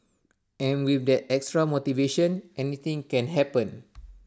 and with that extra motivation anything can happen